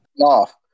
Off